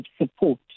support